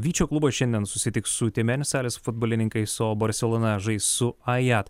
vyčio klubas šiandien susitiks su tiumenės salės futbolininkais o barselona žais su ajat